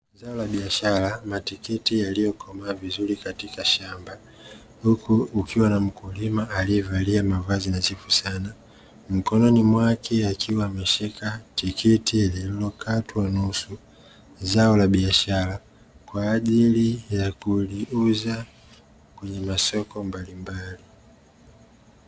Zao la biashara matikiti yaliyokomaa vizuri katika shamba, huku kukiwa na mkulima aliyevalia mavazi nadhifu sana, mkononi mwake akiwa ameshika tikiti lililokatwa nusu zao la biashara kwa ajili kuliuza kwenye masoko mbalimbali.